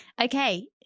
Okay